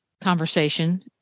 conversation